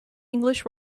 english